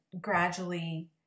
gradually